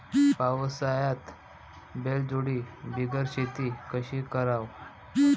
पावसाळ्यात बैलजोडी बिगर शेती कशी कराव?